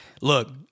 look